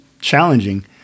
challenging